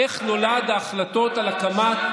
איך נולדו ההחלטות על הקמת,